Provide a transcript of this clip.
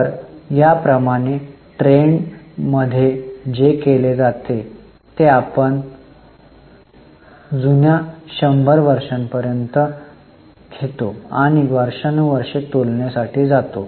तर या प्रमाणे ट्रेंड मध्ये जे केले जाते ते आपण जुन्या 100 वर्षापर्यंत घेतो आणि वर्षानुवर्षे तुलना साठी जातो